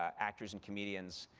actors and comedians,